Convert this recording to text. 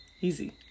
Easy